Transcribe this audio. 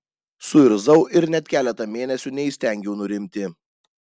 suirzau ir net keletą mėnesių neįstengiau nurimti